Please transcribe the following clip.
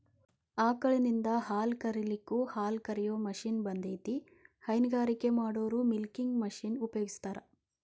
ಆಕಳಿಂದ ಹಾಲ್ ಕರಿಲಿಕ್ಕೂ ಹಾಲ್ಕ ರಿಯೋ ಮಷೇನ್ ಬಂದೇತಿ ಹೈನಗಾರಿಕೆ ಮಾಡೋರು ಮಿಲ್ಕಿಂಗ್ ಮಷೇನ್ ಉಪಯೋಗಸ್ತಾರ